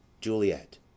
Juliet